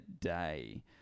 day